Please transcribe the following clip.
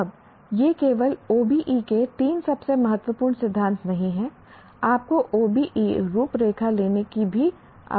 अब ये केवल OBE के तीन सबसे महत्वपूर्ण सिद्धांत नहीं हैं आपको OBE रूपरेखा लेने की भी आवश्यकता नहीं है